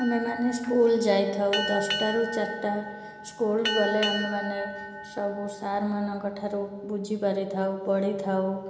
ଆମେମାନେ ସ୍କୁଲ ଯାଇଥାଉ ଦଶଟା ରୁ ଚାରଟା ସ୍କୁଲ ଗଲେ ଆମେମାନେ ସବୁ ସାର୍ ମାନଙ୍କଠାରୁ ବୁଝିପାରିଥାଉ ପଢ଼ିଥାଉ